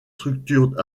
structures